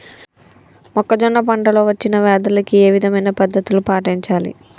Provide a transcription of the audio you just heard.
మొక్కజొన్న పంట లో వచ్చిన వ్యాధులకి ఏ విధమైన పద్ధతులు పాటించాలి?